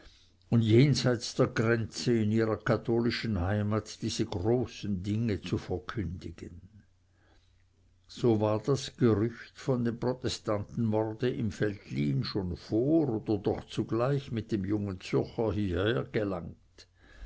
und jenseits der grenze in ihrer katholischen heimat diese großen dinge zu verkündigen so war das gerücht von dem protestantenmorde im veltlin schon vor oder doch zugleich mit dem jungen zürcher hieher gelangt